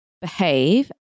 behave